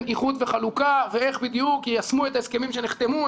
איחוד וחלוקה ואיך בדיוק יישמו את ההסכמים שנחתמו.